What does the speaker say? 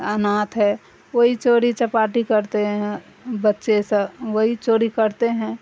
اناتھ ہے وہی چوری چپاٹی کرتے ہیں بچے سا وہی چوری کرتے ہیں